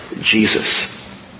Jesus